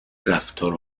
رفتارها